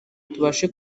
tubashe